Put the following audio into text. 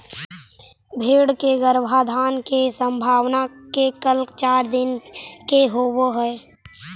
भेंड़ के गर्भाधान के संभावना के काल चार दिन के होवऽ हइ